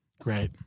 Great